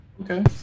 Okay